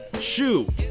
shoe